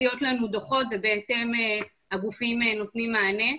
מוציאות לנו דו"חות ובהתאם הגופים נותנים מענה.